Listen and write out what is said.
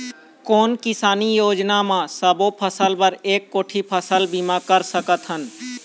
कोन किसानी योजना म सबों फ़सल बर एक कोठी फ़सल बीमा कर सकथन?